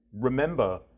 remember